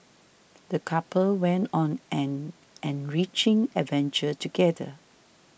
the couple went on an enriching adventure together